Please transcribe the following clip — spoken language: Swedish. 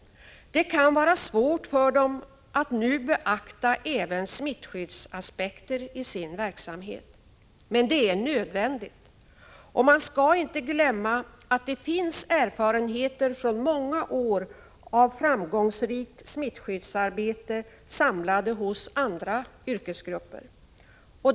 Det kan vara svårt för dem att nu beakta även smittskyddsaspekter i sin verksamhet, men det är nödvändigt, och man skall inte glömma att det finns erfarenheter från många år av framgångsrikt smittskyddsarbete samlade hos andra yrkesgrupper.